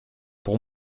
pour